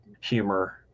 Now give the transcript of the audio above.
humor